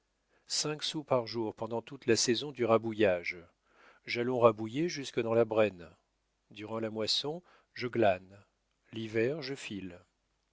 cinq sous par jour pendant toute la saison du rabouillage j'allons rabouiller jusque dans la braisne durant la moisson je glane l'hiver je file